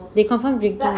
they confirm will drink